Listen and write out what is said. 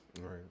right